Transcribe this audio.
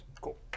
Cool